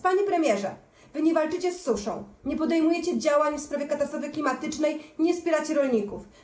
Panie premierze, nie walczycie z suszą, nie podejmujecie działań w sprawie katastrofy klimatycznej, nie wspieracie rolników.